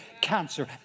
cancer